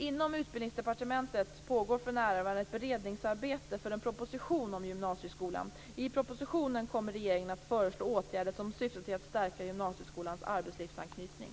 Inom Utbildningsdepartementet pågår för närvarande ett beredningsarbete för en proposition om gymnasieskolan. I propositionen kommer regeringen att föreslå åtgärder som syftar till att stärka gymnasieskolans arbetslivsanknytning.